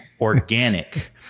organic